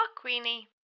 Queenie